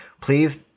please